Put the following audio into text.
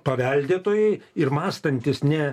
paveldėtojai ir mąstantys ne